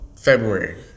February